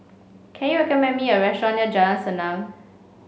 can you recommend me a restaurant near Jalan Senang